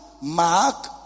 Mark